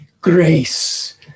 grace